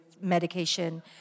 medication